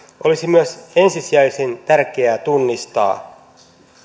olisi myös ensisijaisen tärkeää tunnistaa